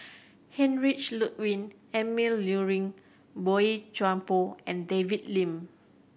Heinrich Ludwig Emil Luering Boey Chuan Poh and David Lim